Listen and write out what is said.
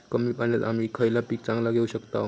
कमी पाण्यात आम्ही खयला पीक चांगला घेव शकताव?